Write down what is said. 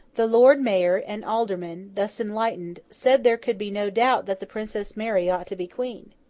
the lord mayor and aldermen, thus enlightened, said there could be no doubt that the princess mary ought to be queen.